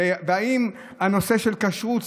והאם הנושא של הכשרות,